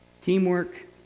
Teamwork